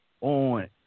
on